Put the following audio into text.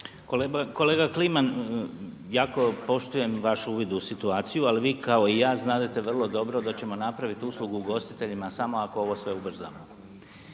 Kolega Kliman, jako poštujem vaš uvid u situaciju ali vi kao i ja znadete vrlo dobro da ćemo napraviti uslugu ugostiteljima samo ako ovo sve ubrzamo.